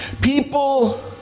People